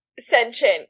sentient